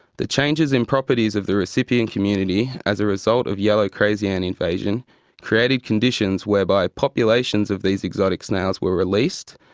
the changes in properties of the recipient community as a result of yellow crazy ant invasion created conditions whereby populations of these exotic snails were released,